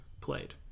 played